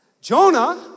Jonah